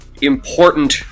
important